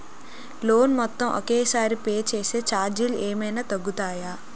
Loan మొత్తం ఒకే సారి పే చేస్తే ఛార్జీలు ఏమైనా తగ్గుతాయా?